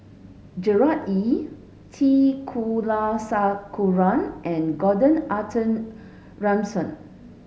Gerard Ee T Kulasekaram and Gordon Arthur Ransome